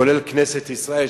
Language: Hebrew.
כולל כנסת ישראל,